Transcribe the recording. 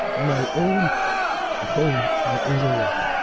my own home in